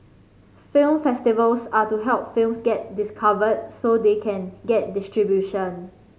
film festivals are to help films get discovered so they can get distribution